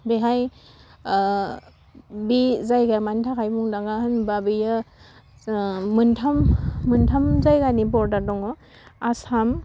बेहाय बि जायगाया मानि थाखाय मुंदांखा होनोबा बेयो जोङो मोन्थाम मोन्थाम जायगानि बर्डार दङ आसाम